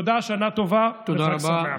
תודה, שנה טובה וחג שמח.